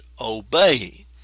obey